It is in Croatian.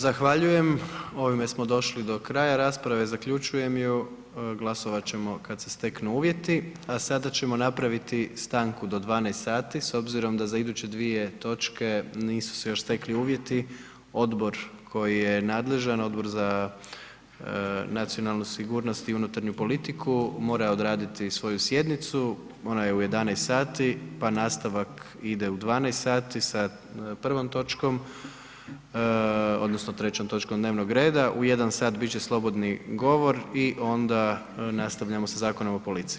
Zahvaljujem, ovime smo došli do kraja rasprave, zaključujem ju, glasovat ćemo kad se steknu uvjeti, a sada ćemo napraviti stanku do 12 sati s obzirom da za iduće dvije točke nisu se još stekli uvjeti, odbor koji je nadležan, Odbor za nacionalnu sigurnost i unutarnju politiku mora odraditi svoju sjednicu, ona je u 11 sati pa nastavak ide u 12 sati sa prvom točkom odnosno trećom točkom dnevnog reda, u 1 sat bit će slobodni govori i onda nastavljamo sa Zakonom o policiji.